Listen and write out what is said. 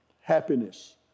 happiness